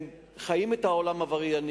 הם חיים את העולם העברייני,